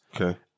Okay